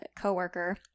coworker